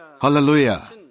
Hallelujah